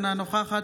אינה נוכחת